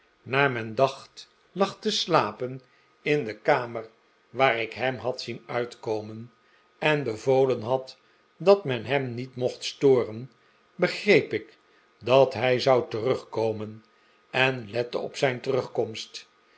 naar men dacht lag te slapen in de kamer waar ik hem had zien uitkomen en bevolen had dat men hem niet mocht storen begreep ik dat hij zou terugkomen en lette op zijn terugkomst